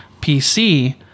PC